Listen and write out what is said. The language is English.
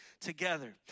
together